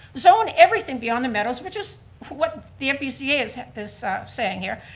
zone everything beyond the meadows. we're just what the npca is is saying here.